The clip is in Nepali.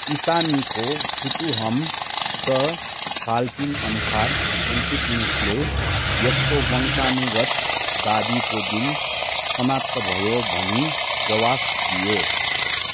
इसामीको फुटुहम स साल्किन अनुसार इल्तुतमिसले यस्तो वंशाणुगत दाबीको दिन समाप्त भयो भनी जवाफ दिए